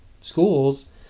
schools